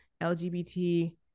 LGBT